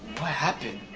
what happened?